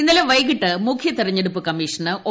ഇന്നലെ വൈകിട്ട് മുഖ്യ തിരഞ്ഞെടുപ്പ് കമ്മീഷണർ ഒ